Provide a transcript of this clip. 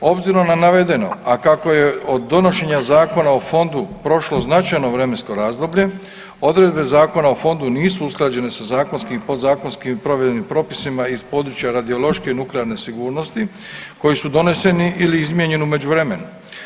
Obzirom na navedeno, a kako je od donošenja Zakona o fondu prošlo značajno vremensko razdoblje, odredbe Zakona o fondu nisu usklađene sa zakonskim i podzakonskim provedbenim propisima iz područja radiološke i nuklearne sigurnosti koji su doneseni ili izmijenjeni u međuvremenu.